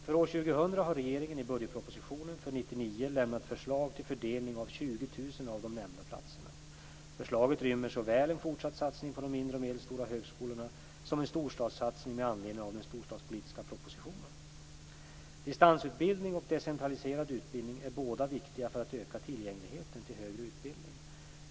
För år 2000 har regeringen i budgetpropositionen för 1999 lämnat förslag till fördelning av 20 000 av de nämnda platserna. Förslaget rymmer såväl en fortsatt satsning på mindre och medelstora högskolor som en storstadssatsning med anledning av den storstadspolitiska propositionen (prop. Distansutbildning och decentraliserad utbildning är båda viktiga för att öka tillgängligheten till högre utbildning.